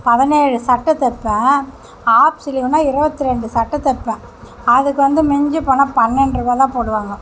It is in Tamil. பதினேழு சட்டை தப்பேன் ஹாஃப் ஸ்லீவ்னா இருபத்ரெண்டு சட்டை தப்பேன் அதுக்கு வந்து மிஞ்சி போனால் பன்னெண்டு ரூபா தான் போடுவாங்க